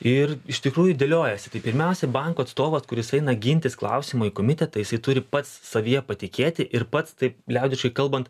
ir iš tikrųjų dėliojasi tai pirmiausia banko atstovas kuris eina gintis klausimų į komitetą jisai turi pats savyje patikėti ir pats taip liaudiškai kalbant